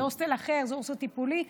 זה הוסטל אחר, זה הוסטל טיפולי.